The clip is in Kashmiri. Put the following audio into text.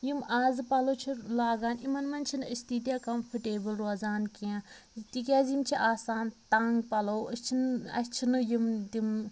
یِم آزٕ پَلوٚو چھِ لاگان یِمَن مَنٛز چھِنہٕ أسۍ تیٖتیٛاہ کَمفٲرٹیبٕل روزان کیٚنٛہہ تِکیٛازِ یِم چھِ آسان تَنٛگ پَلوٚو أسۍ چھِنہٕ اسہِ چھِنہٕ یِم تِم